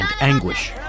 anguish